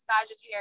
Sagittarius